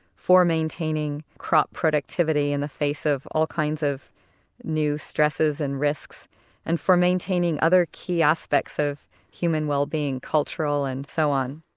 for maintaining crop productivity in the face of all kinds of new stresses and risks and for maintaining other key aspects of human wellbeing, cultural and so on.